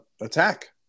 attack